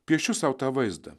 piešiu sau tą vaizdą